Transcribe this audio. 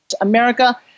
America